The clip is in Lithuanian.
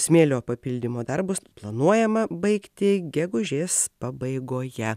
smėlio papildymo darbus planuojama baigti gegužės pabaigoje